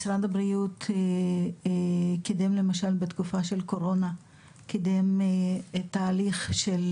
משרד הבריאות קידם למשל בתקופת הקורונה תהליך של